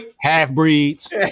Half-breeds